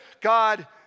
God